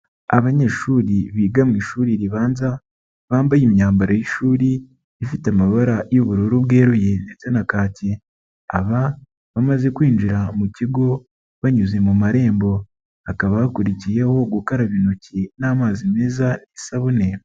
Abanyeshuri biga mu ishuri ribanza, bambaye imyambaro y'ishuri ifite amabara y'ubururu bweruye ndetse na kaki, aba bamaze kwinjira mu kigo banyuze mu marembo, hakaba hakurikiyeho gukaraba intoki n'amazi meza isabune.